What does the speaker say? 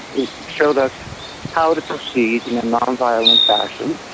it showed us how to proceed in non-violent fashion.